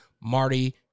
Marty